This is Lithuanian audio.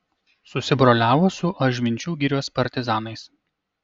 susibroliavo su ažvinčių girios partizanais